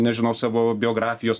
nežinau savo biografijos